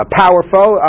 powerful